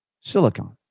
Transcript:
Silicon